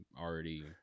already